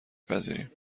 پذیریم